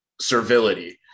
servility